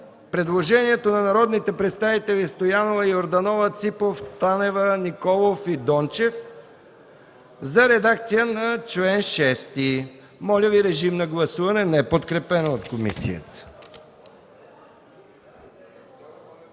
предложението на народните представители Стоянова, Йорданова, Ципов, Танева, Николов и Дончев за редакция на чл. 6, неподкрепено от комисията.